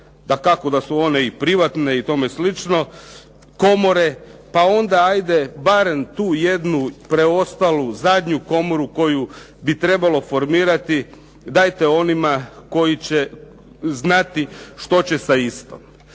Dakako, da su one i privatne i tome slično, komore, pa onda hajde barem tu jednu preostalu zadnju komoru koju bi trebalo formirati dajte onima koji će znati što će sa istom.